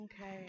Okay